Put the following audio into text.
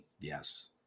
yes